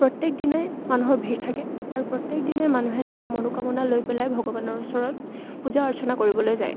প্ৰত্যেক দিনাই মানুহৰ ভিৰ থাকে আৰু প্ৰত্যেক দিনাই মানুহে নিজৰ মনোকামনা লৈ পেলাই ভগৱানৰ ওচৰত পূজা অৰ্চনা কৰিবলৈ যায়